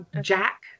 Jack